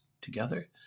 Together